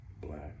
Black